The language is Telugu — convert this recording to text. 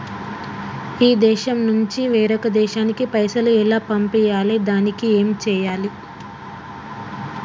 ఈ దేశం నుంచి వేరొక దేశానికి పైసలు ఎలా పంపియ్యాలి? దానికి ఏం చేయాలి?